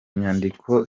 nyandiko